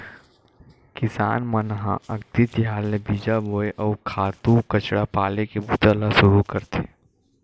किसान मन ह अक्ति तिहार ले बीजा बोए, अउ खातू कचरा पाले के बूता ल सुरू करथे